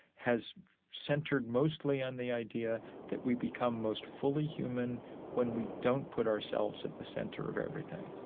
has centered mostly on the idea that we become most fully human when we don't put ourselves at the center of everything